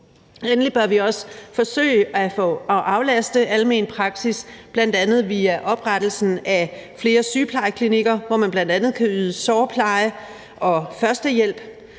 Endelig bør vi også forsøge at aflaste almen praksis bl.a. via oprettelsen af flere sygeplejeklinikker, hvor man bl.a. kan yde sårpleje og førstehjælp,